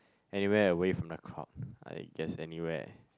anywhere away from the crowd I guess anywhere